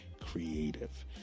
creative